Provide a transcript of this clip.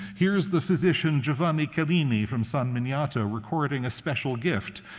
here's the physician giovanni chellini from san miniato recording a special gift.